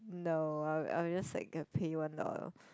no I'm I'm just like a pay one dollar